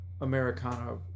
Americana